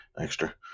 extra